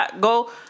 go